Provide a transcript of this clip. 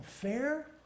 fair